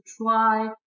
try